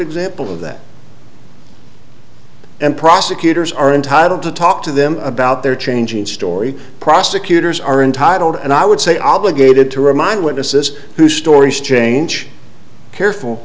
example of that and prosecutors are entitled to talk to them about their changing story prosecutors are entitled and i would say obligated to remind witnesses who stories change careful